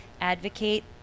advocate